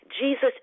Jesus